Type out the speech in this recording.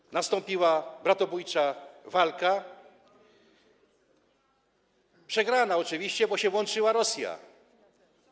Wtedy nastąpiła bratobójcza walka, przegrana oczywiście, bo się włączyła Rosja.